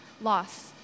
loss